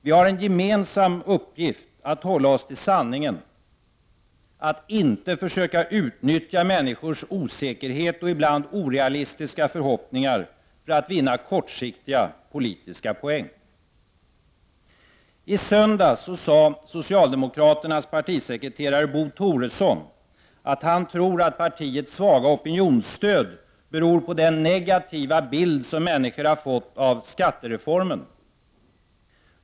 Vi har en gemensam uppgift att hålla oss till sanningen, att inte försöka utnyttja människors osäkerhet och ibland orealistiska förhoppningar för att vinna kortsiktiga politiska poäng. I söndags sade socialdemokraternas partisekreterare Bo Toresson att han tror att partiets svaga opinionsstöd beror på den negativa bild som människor har fått av skattereformen.